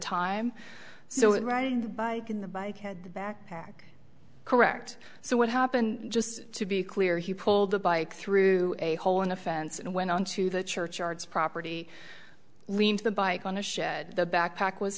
time so it riding the bike in the bike had the backpack correct so what happened just to be clear he pulled the bike through a hole in the fence and went on to the churchyards property lean to the bike on a shed the backpack was